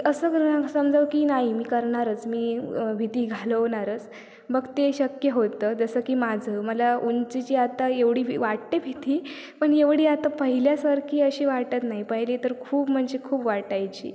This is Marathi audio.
असं समजाव की नाही मी करणारच मी भीती घालवणारच मग ते शक्य होतं जसं की माझं मला उंचीची आता एवढी भी वाटते भीती पण एवढी आता पहिल्यासारखी अशी वाटत नाही पहिले तर खूप म्हणजे खूप वाटायची